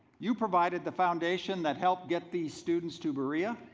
you provided the foundation that helped get these students to berea,